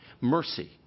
Mercy